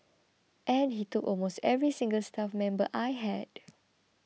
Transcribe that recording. and he took almost every single staff member I had